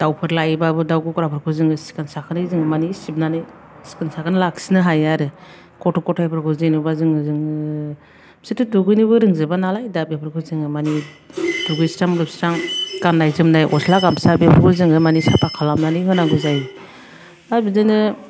दाउफोर लायोबाबो दाउ गग्राफोरखौ जोङो सिखोन साखोनै जोङो माने सिबनानै सिखोन साखोन लाखिनो हायो आरो गथ' गथायफोरखौ जेनेबा जोङो जोङो बिसोरथ' दुगैनोबो रोंजोबा नालाय दा बेफोरखौ जोङो माने दुगैस्रां लोबस्रां गाननाय जोमनाय गस्ला गामसा बेफोरखौ जोङो माने साफा खालामनानै होनांगौ जायो हा बिदिनो